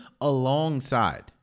alongside